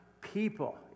people